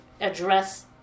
address